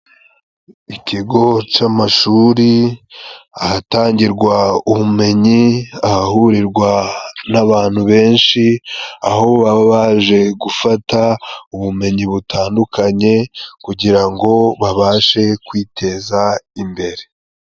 Ikigo cy'amashuri ahatangirwa ubumenyi, ahahurirwa n'abantu benshi, aho baba baje gufata ubumenyi butandukanye, kugira ngo babashe kwiteza imbere.